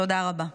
תודה רבה.